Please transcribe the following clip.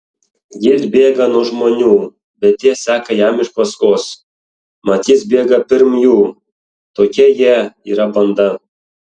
jis bėga nuo žmonių bet tie seka jam iš paskos mat jis bėga pirm jų tokia jie yra banda